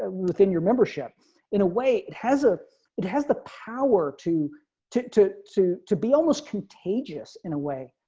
ah within your membership in a way it has a it has the power to to to to to be almost contagious, in a way,